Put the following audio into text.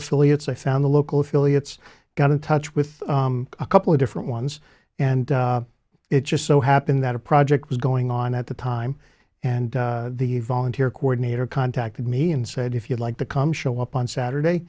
affiliates i found the local affiliates got in touch with a couple of different ones and it just so happened that a project was going on at the time and the volunteer coordinator contacted me and said if you'd like to come show up on saturday